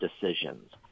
decisions